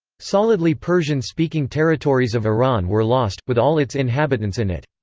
solidly persian-speaking territories of iran were lost, with all its inhabitants in it.